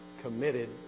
committed